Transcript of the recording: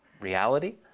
reality